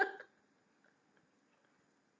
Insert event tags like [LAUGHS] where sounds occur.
[LAUGHS]